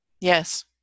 Yes